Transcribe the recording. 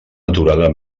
aturada